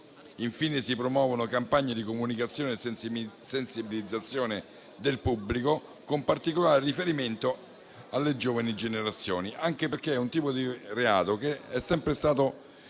Infine si promuovono campagne di comunicazione e sensibilizzazione del pubblico con particolare riferimento alle giovani generazioni. Tutto ciò anche perché è un tipo di reato che è sempre stato